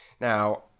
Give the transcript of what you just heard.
Now